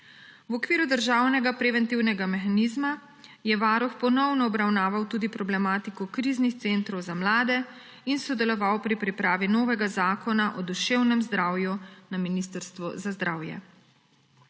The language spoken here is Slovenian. V okviru državnega preventivnega mehanizma, je Varuh ponovno obravnaval tudi problematiko kriznih centrov za mlade in sodeloval pri pripravi novega Zakona o duševnem zdravju na Ministrstvu za zdravje.